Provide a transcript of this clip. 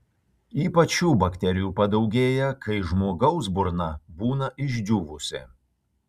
ypač šių bakterijų padaugėja kai žmogaus burna būna išdžiūvusi